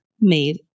made